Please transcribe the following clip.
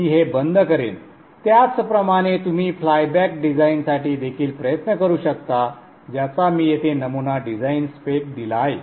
मी हे बंद करेन त्याचप्रमाणे तुम्ही फ्लायबॅक डिझाइनसाठी देखील प्रयत्न करू शकता ज्याचा मी येथे नमुना डिझाइन स्पेक दिला आहे